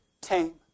tame